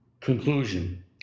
conclusion